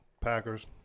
Packers